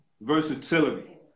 versatility